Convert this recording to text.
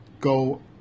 go